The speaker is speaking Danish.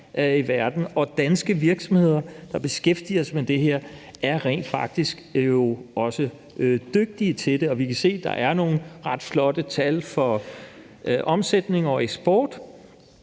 i verden. Danske virksomheder, der beskæftiger sig med det her, er rent faktisk også dygtige til det, og vi kan se, at der er nogle ret flotte tal for omsætning og eksport,